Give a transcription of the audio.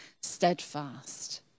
steadfast